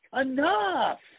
enough